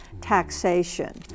taxation